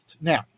Now